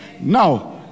Now